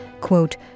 quote